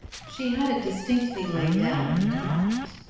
she had it distinctly laid down in her mind.